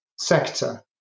sector